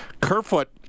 Kerfoot